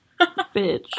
Bitch